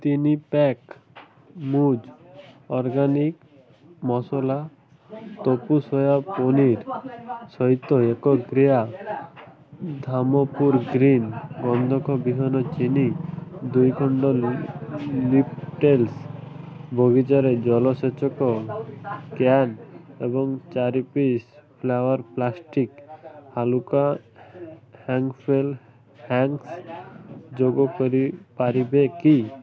ତିନି ପ୍ୟାକ୍ ମୂଜ୍ ଅର୍ଗାନିକ୍ ମସଲା ତୋଫୁ ସୋୟା ପନିର୍ ସହିତ ଏକ କ୍ରିୟା ଧାମପୁର୍ ଗ୍ରୀନ୍ ଗନ୍ଧକ ବିହନ ଚିନି ଦୁଇ ଖଣ୍ଡ ଲିଫ୍ ଟେଲ୍ସ ବଗିଚାରେ ଜଳସେଚକ କ୍ୟାନ୍ ଏବଂ ଚାରି ପିସ୍ ଫ୍ଲାବର୍ ପ୍ଲାଷ୍ଟିକ୍ସ ହାଲୁକା ହ୍ୟାଙ୍ଗ୍ଫ୍ୱେଲ୍ ହ୍ୟାଙ୍ଗର୍ସ୍ ଯୋଗ କରିପାରିବେ କି